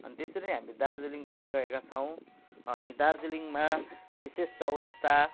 अनि त्यसरी नै हामी दार्जिलिङ पनि गएका छौँ अनि दार्जिलिङमा बिशेष चौरस्ता